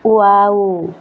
wow